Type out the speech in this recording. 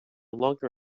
longer